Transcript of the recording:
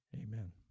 Amen